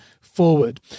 forward